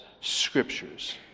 Scriptures